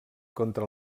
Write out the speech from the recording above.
contra